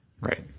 right